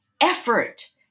effort